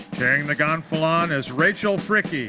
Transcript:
carrying the gonfalon is rachel fricke,